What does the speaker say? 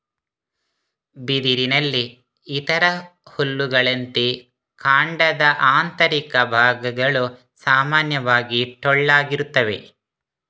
ಬಿದಿರಿನಲ್ಲಿ ಇತರ ಹುಲ್ಲುಗಳಂತೆ, ಕಾಂಡದ ಆಂತರಿಕ ಭಾಗಗಳು ಸಾಮಾನ್ಯವಾಗಿ ಟೊಳ್ಳಾಗಿರುತ್ತವೆ